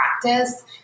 practice